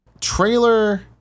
trailer